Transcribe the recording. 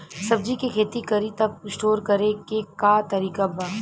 सब्जी के खेती करी त स्टोर करे के का तरीका बा?